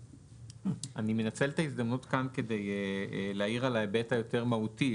אני מנצל את ההזדמנות כדי להעיר על ההיבט היותר מהותי,